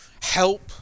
help